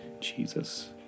Jesus